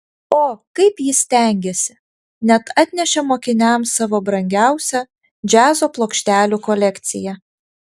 o kaip jis stengėsi net atnešė mokiniams savo brangiausią džiazo plokštelių kolekciją